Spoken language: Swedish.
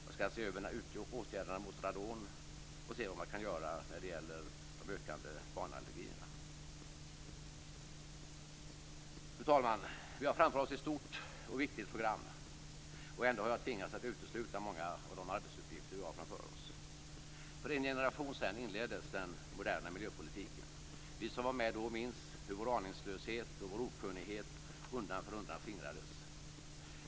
Jag skall se över åtgärderna mot radon och se vad man kan göra när det gäller de ökande barnallergierna. Fru talman! Vi har framför oss ett stort och viktigt program. Och ändå har jag tvingats att utesluta många arbetsuppgifter. För en generation sedan inleddes den moderna miljöpolitiken. Vi som var med då minns hur vår aningslöshet och vår okunnighet undan för undan skingrades.